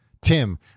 Tim